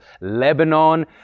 Lebanon